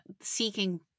seeking